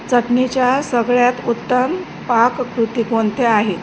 चटणीच्या सगळ्यात उत्तम पाककृती कोणत्या आहे